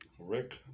Rick